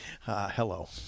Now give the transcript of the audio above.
Hello